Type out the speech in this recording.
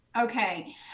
Okay